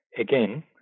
Again